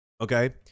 Okay